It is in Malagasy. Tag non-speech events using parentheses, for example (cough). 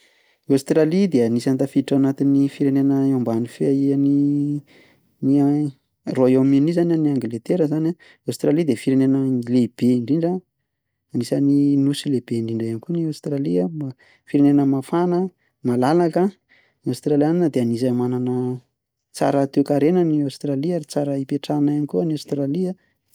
I Aostralia dia anisan'ny firenena ambany fiahian'i (hesitation) Royaume unis izany na angleterre zany an. i Aostralia dia anisan'ny firenena lehibe indrindra, anisan'ny nosy lehibe indrindra ihany koa i Aostralia, firenena mafana, malalaka. Ny aostraliana dia anisan'ny manana, tsara toekarena i Aostralia ary tsara hipetrahana ihany koa any Aostralia.